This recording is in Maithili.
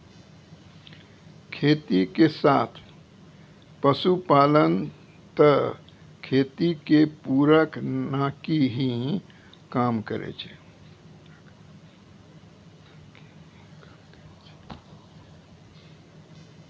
खेती के साथ पशुपालन त खेती के पूरक नाकी हीं काम करै छै